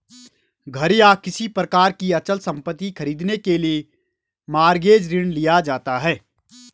घर या किसी प्रकार की अचल संपत्ति खरीदने के लिए मॉरगेज ऋण लिया जाता है